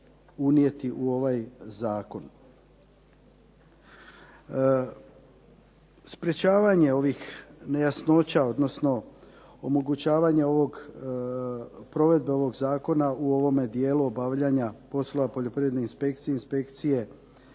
unijeti u ovaj zakon. Sprječavanje ovih nejasnoća odnosno omogućavanje provedbe ovog zakona u ovome dijelu obavljanja poslova Poljoprivredne inspekcije i Inspekcije